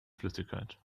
flüssigkeit